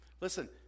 Listen